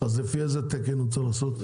אז לפי איזה תקן הוא צריך לעשות?